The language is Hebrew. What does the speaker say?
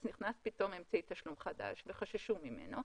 נכנס פתאום אמצעי תשלום חדש וחששו ממנו,